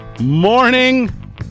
morning